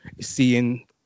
seeing